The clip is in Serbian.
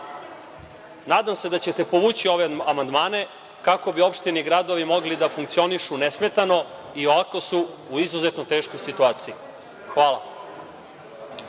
vape. Nadam se da ćete povući ove amandmane kako bi opštine i gradovi mogli da funkcionišu nesmetano, a i ovako su u izuzetno teškoj situaciji. Hvala.